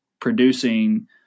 producing